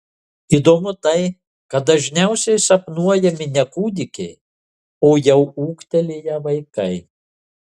įdomu tai kad dažniausiai sapnuojami ne kūdikiai o jau ūgtelėję vaikai